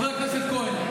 חבר הכנסת כהן,